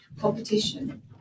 competition